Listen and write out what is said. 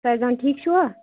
فیزان ٹھیٖک چھوا